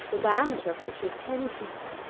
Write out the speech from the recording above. the diameter of which is ten feet,